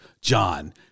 John